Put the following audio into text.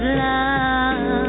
love